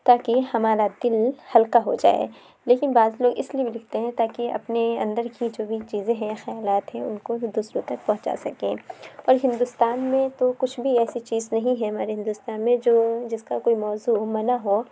تاکہ ہمارا دِل ہلکا ہو جائے لیکن بعض لوگ اِس لیے بھی لکھتے ہیں تاکہ اپنے اندر کی جو بھی چیزیں ہیں خیالات ہیں اُن کو وہ دوسروں تک پہنچا سکیں اور ہندوستان میں تو کچھ بھی ایسی چیز نہیں ہے ہمارے ہندوستان میں جو جس کا کوئی موضوع ہو منع ہو